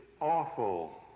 Awful